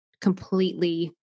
completely